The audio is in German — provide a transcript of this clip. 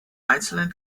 einzelnen